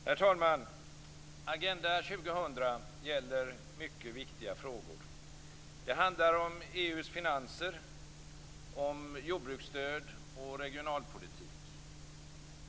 Herr talman! Agenda 2000 gäller mycket viktiga frågor. Det handlar om EU:s finanser, om jordbruksstöd och regionalpolitik.